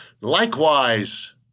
likewise